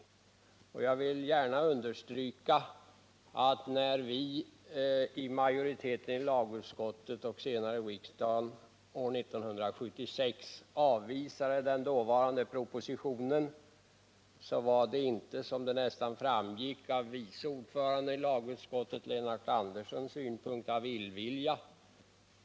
Jag vill understryka att anledningen till att vi i lagutskottets majoritet och senare riksdagen år 1976 avvisade den dåvarande propositionen inte var, som vice ordföranden i lagutskottet Lennart Andersson närmast ville ge intryck av, illvilja.